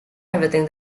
everything